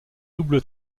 double